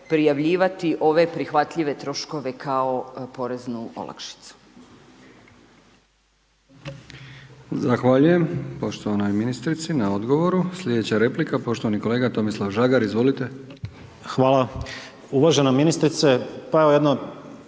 prijavljivati ove prihvatljive troškove kao poreznu olakšicu.